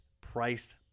price